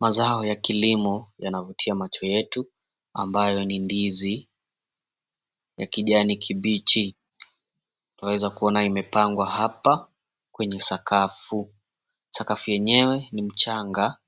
Mazao ya kilimo yanavutia macho yetu ambayo ni ndizi ya kijani kibichi, twaweza kuona imepangwa hapa kwenye sakafu, sakafu yenyewe ni mchanga